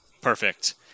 Perfect